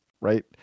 right